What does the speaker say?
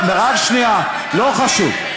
רק שנייה, לא חשוב.